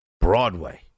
Broadway